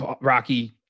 Rocky